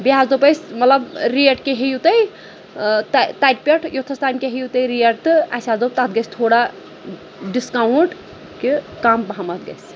بیٚیہِ حظ دوٚپ اَسہِ مطلب ریٹ کیٛاہ ہیٚیِو تُہۍ تہٕ تَتہِ پٮ۪ٹھ یوٚتھَس تانۍ کیٛاہ ہیٚیِو تُہۍ ریٹ تہٕ اَسہِ حظ دوٚپ تَتھ گژھِ تھوڑا ڈِسکاوُنٛٹ کہِ کَم پَہمَتھ گژھِ